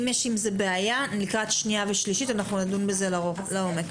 אם יש עם זה בעיה לקראת שנייה ושלישית נדון בזה לעומק.